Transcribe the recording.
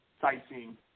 sightseeing